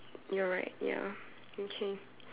you are right ya okay